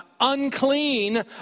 unclean